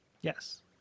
Yes